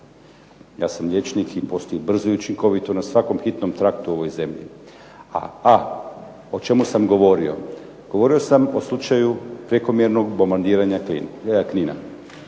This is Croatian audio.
Ja sam liječnik i postoji brzo i učinkovito na svakom hitnom traktu u ovoj zemlji, a o čemu sam govorio? Govorio sam o slučaju prekomjernog bombardiranja Knina.